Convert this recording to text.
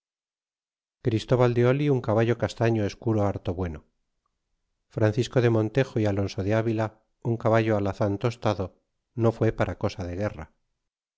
christóbal de oli un caballo castaño escuro harto bueno francisco de montejo y alonso de avila un caballo alazan tostado no fue para cosa de guerra